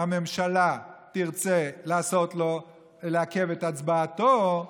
הממשלה תרצה לעכב את הצבעתו,